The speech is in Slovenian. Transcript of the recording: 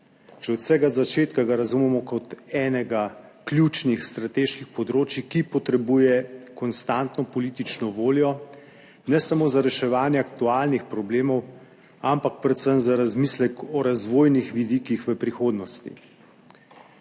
Že od vsega začetka ga razumemo kot enega ključnih strateških področij, ki potrebuje konstantno politično voljo, ne samo za reševanje aktualnih problemov, ampak predvsem za razmislek o razvojnih vidikih v prihodnosti.